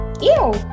Ew